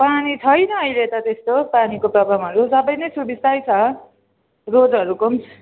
पानी छैन अहिले त त्यस्तो पानीको प्रब्लमहरू सबै नै सुबिस्तै छ रोडहरूको पनि